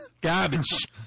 Garbage